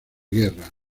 guerra